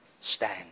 stand